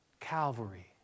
Calvary